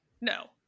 No